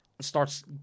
starts